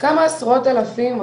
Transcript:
כמה עשרות אלפים,